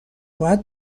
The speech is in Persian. باید